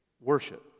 worship